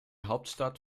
hauptstadt